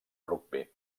rugbi